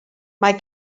mae